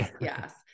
yes